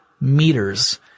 meters